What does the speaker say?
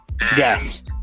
Yes